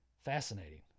Fascinating